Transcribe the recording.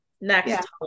next